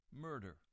murder